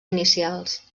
inicials